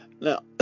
Now